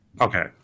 Okay